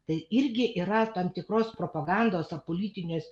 tai irgi yra tam tikros propagandos a politinės